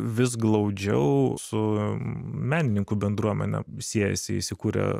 vis glaudžiau su menininkų bendruomene siejasi įsikurę